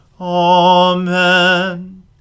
Amen